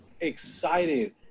excited